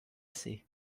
see